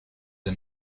the